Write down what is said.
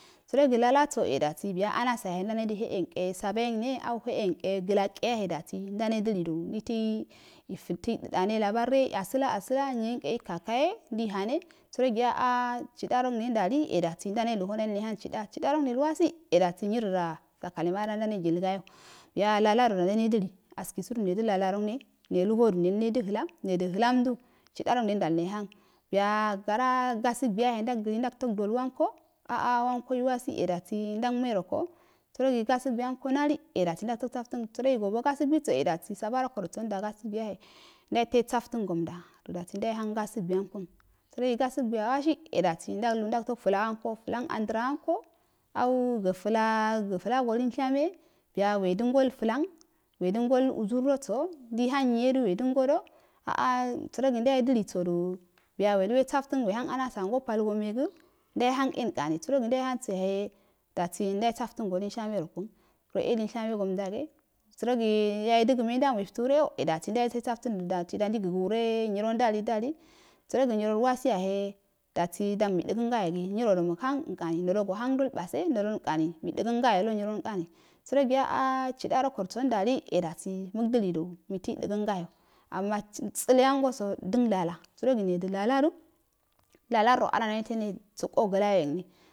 Sərogi lalaso e dasi amsa ndanedə he yenkei sabayengne ali heyenkei glake yahe dasi ndane dilidu itai dane labarre abəla asəla nyenkei kakaye ndeihane sərogi a a chidarogne ndali e dasi chida chidarogme i wabi nyiroda sakalama ada ndanne tigayo biya lalarooda ndahe dili skisudu nedo lalarogne neluhodu ndaneda həlam nedə həlamdu chidarogme ndali nehane biya gara gasugu yahe ndagto duwol wanko aa wal oiwabi nag meroko sərogi gasuguiyanko nali e dabi ngalto saftən sərogi gobo gasuguiso e saborokoso ndagasuwui yahe ndawe to weboftən gomda do dasi ndawe hang dasuguiyankun sərogi gasugui awasi e dasi ndaglun ndag to flan anko flang andcham arko ali so fla soflago lmshame biyu wedənsol flan wedəngol uzur oso ndei hang nyiyedo wedən ngodo a a sərogi yawa dlisodu biyu weluk wesoftən wehang anbla angopal somegə ndawe hang elnkoni sərogi ndaule hangsoyehe dasi ndawe sadtən go emshashane rokun wre e linshame gomdage sərogi yawa dəgə menamo iftəure eo e dagi ndei gə gəure nyirondali ndali sərogi nyirol wasi yahe dasi dari mei dəgən gayogi nyrodo mughana alirkaru nodo go hangdo albabe ndodoinkari mei dəgari gayolo nyirol nkani sərogi a a chidaroko ndali e dasi mugdilidu matoi dəgəngayo ama tsə tsəlayangoso dən lala səro gi nedəlaladu ealardo a da neto ne səo glawange ne,